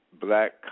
black